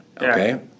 okay